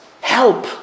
help